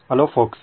hello forks